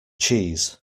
cheese